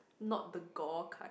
not the gore kind